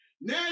Now